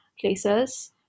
places